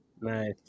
Nice